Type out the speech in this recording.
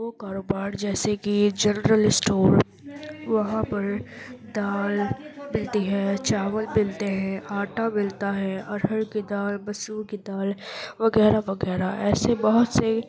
وہ کاروبار جیسے کہ جنرل اسٹور وہاں پر دال ملتی ہے چاول ملتے ہیں آٹا ملتا ہے ارہر کی دال مسور کی دال وغیرہ وغیرہ ایسے بہت سے